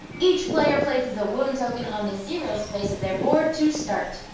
each player places a wound token on the zero space of their board to start.